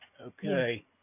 Okay